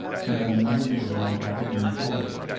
so that another deerhound had to be employed.